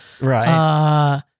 right